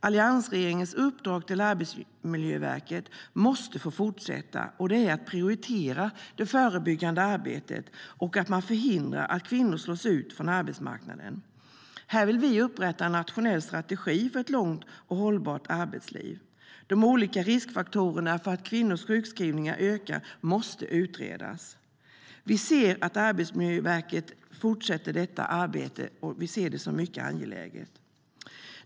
Alliansregeringens uppdrag till Arbetsmiljöverket måste fortsätta, nämligen att prioritera det förebyggande arbetet och förhindra att kvinnor slås ut från arbetsmarknaden. Här vill vi upprätta en nationell strategi för ett långt och hållbart arbetsliv. De olika riskfaktorerna för att kvinnors sjukskrivningar ökar måste utredas. Vi ser det som mycket angeläget att Arbetsmiljöverket fortsätter detta arbete.